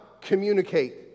communicate